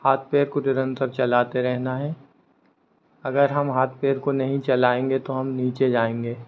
हाथ पैर को निरंतर चलाते रहना है अगर हम हाथ पैर को नहीं चलाएँगे तो हम नीचे जाएँगे